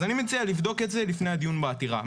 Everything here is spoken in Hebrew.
אני מציע לבדוק את זה לפני הדיון בעתירה.